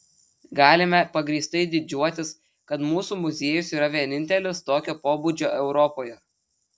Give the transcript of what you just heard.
galime pagrįstai didžiuotis kad mūsų muziejus yra vienintelis tokio pobūdžio europoje